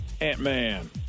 Ant-Man